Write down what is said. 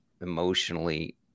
emotionally